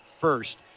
first